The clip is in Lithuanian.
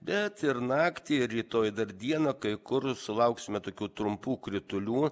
bet ir naktį rytoj dar dieną kai kur sulauksime tokių trumpų kritulių